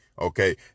Okay